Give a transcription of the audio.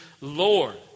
Lord